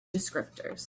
descriptors